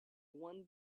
one